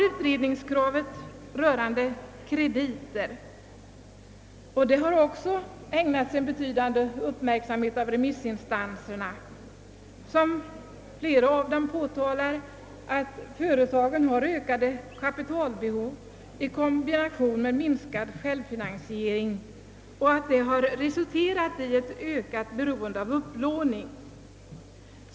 Utredningskravet rörande krediter har också ägnats betydande uppmärksamhet av remissinstanserna. Flera av dem framhåller att företagen har ökade kapitalbehov i kombination med minskad självfinansiering och att detta resulterat i ökat beroende av upplåning.